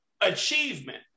achievement